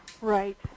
Right